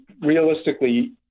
realistically